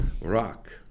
rock